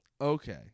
Okay